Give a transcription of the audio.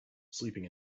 sleeping